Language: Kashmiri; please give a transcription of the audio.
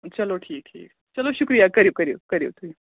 چلو ٹھیٖک ٹھیٖک چلو شُکریہ کٔرِو کٔرِو کٔرِو تُہۍ